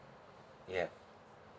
yeah